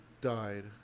died